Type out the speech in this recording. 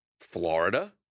Florida